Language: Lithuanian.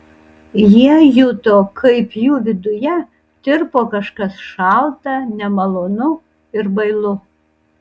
jie juto kaip jų viduje tirpo kažkas šalta nemalonu ir bailu